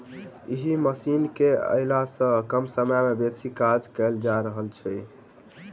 एहि मशीन केअयला सॅ कम समय मे बेसी काज कयल जा रहल अछि